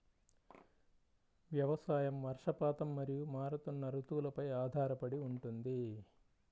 వ్యవసాయం వర్షపాతం మరియు మారుతున్న రుతువులపై ఆధారపడి ఉంటుంది